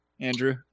Andrew